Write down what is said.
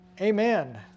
amen